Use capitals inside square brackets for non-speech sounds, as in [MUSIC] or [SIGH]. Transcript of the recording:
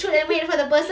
[LAUGHS]